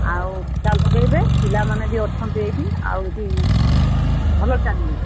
ଆଉ ପିଲା ଲଗେଇବେ ପିଲାମାନେ ବି ଅଛନ୍ତି ଏଇଠି ଆଉ ଏଠି ଭଲ ଚାଲିବ